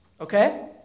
Okay